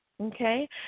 okay